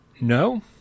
No